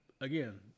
again